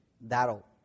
That'll